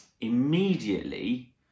Immediately